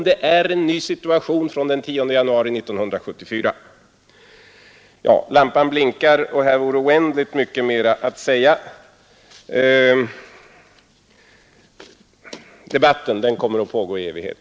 Vi har en ny situation fr.o.m. den 10 januari 1974. Lampan blinkar redan. Det vore oändligt mycket mera att säga. Debatten kommer att pågå i evighet.